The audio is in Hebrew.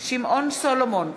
שמעון סולומון,